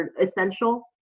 essential